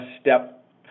step